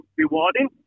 rewarding